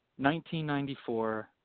1994